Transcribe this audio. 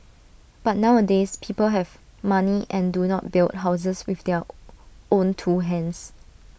but nowadays people have money and do not build houses with their own two hands